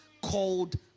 called